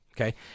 okay